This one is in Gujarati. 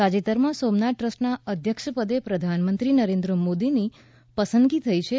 તાજેતરમાં સોમનાથ ટ્રસ્ટના અધ્યક્ષપદે પ્રધાનમંત્રી નરેન્દ્ર મોદીની પસંદગી થઈ છે